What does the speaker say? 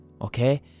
Okay